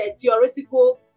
theoretical